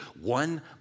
one